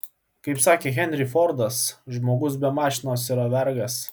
kaip sakė henry fordas žmogus be mašinos yra vergas